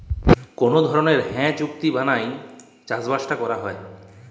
call ধরলের হাঁ চুক্তি বালায় চাষবাসট ক্যরা হ্যয়